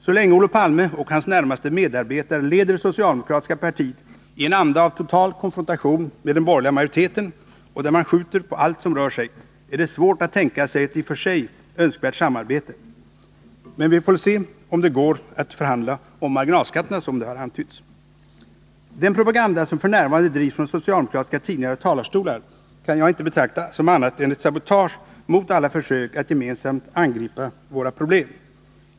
Så länge Olof Palme och hans närmaste medarbetare leder det socialdemokratiska partiet i en anda av total konfrontation med den borgerliga majoriteten, där man skjuter på allt som rör sig, är det svårt att tänka sig ett i och för sig älskvärt samarbete. Men vi får väl se om det går att förhandla om marginalskatterna, som det har antytts. Den propaganda som f.n. drivs från socialdemokratiska tidningar och talarstolar kan jag inte betrakta som annat än ett sabotage mot alla försök att gemensamt angripa våra problem.